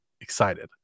excited